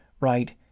right